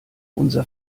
unser